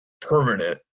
permanent